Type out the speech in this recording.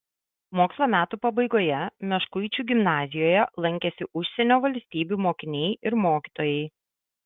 mokslo metų pabaigoje meškuičių gimnazijoje lankėsi užsienio valstybių mokiniai ir mokytojai